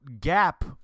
gap